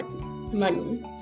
money